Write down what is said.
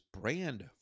brand